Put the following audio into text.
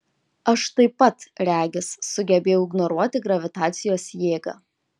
aš taip pat regis sugebėjau ignoruoti gravitacijos jėgą